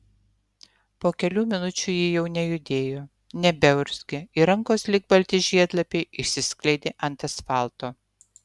po kelių minučių ji jau nejudėjo nebeurzgė ir rankos lyg balti žiedlapiai išsiskleidė ant asfalto